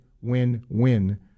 win-win